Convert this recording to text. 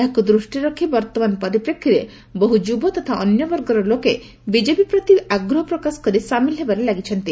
ଏହାକୁ ଦୃଷ୍ଟିରେ ରଖି ବର୍ଉମାନ ପରିପ୍ରେଷୀରେ ବହୁ ଯୁବ ତଥା ଅନ୍ୟ ବର୍ଗର ଲୋକମାନେ ବିଜେପି ପ୍ରତି ଆଗ୍ରହ ପ୍ରକାଶ କରି ସାମିଲ ହେବାରେ ଲାଗିଛନ୍ତି